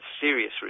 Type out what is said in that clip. serious